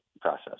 process